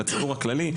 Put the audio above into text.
בציבור הכללי,